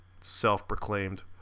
self-proclaimed